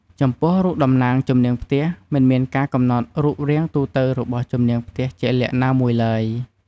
ចំពោះរូបតំណាងជំនាងផ្ទះ មិនមានការកំណត់រូបរាងទូទៅរបស់ជំនាងផ្ទះជាក់លាក់ណាមួយឡើយ។